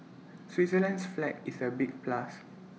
Switzerland's flag is A big plus